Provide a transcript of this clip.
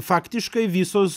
faktiškai visos